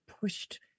pushed